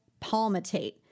palmitate